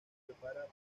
prepara